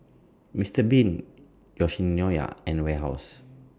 Mister Bean Yoshinoya and Warehouse